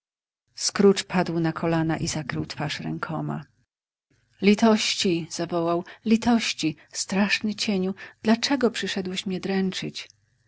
scrooge padł na kolana i zakrył twarz rękoma litości zawołał litości straszny cieniu dlaczego przyszedłeś mię